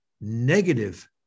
negative